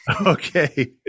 Okay